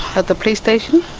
at the police station,